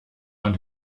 man